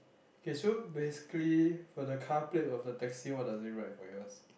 K so basically for the car plate of the taxi what does it write for yours